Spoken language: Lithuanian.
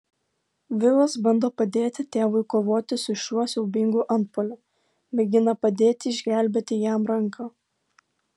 vilas bando padėti tėvui kovoti su šiuo siaubingu antpuoliu mėgina padėti išgelbėti jam ranką